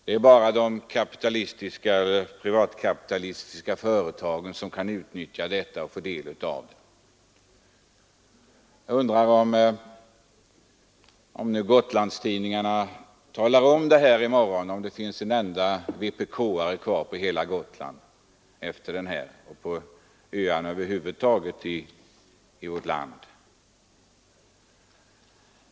Det är bara de privatkapitalistiska företagen som kan utnyttja stödet, menade han. Om nu Gotlandstidningarna talar om det här i morgon, så undrar jag om en enda vpk:are vågar stanna kvar på ön eller på öarna över huvud taget i vårt land.